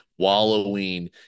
wallowing